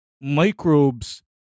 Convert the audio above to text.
microbes